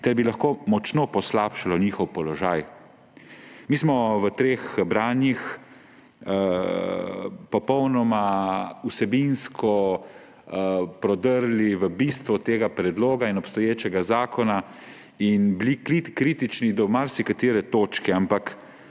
ter bi lahko močno poslabšalo njihov položaj. Mi smo v treh branjih popolnoma vsebinsko prodrli v bistvo tega predloga in obstoječega zakona in bili kritični do marsikatere točke, ampak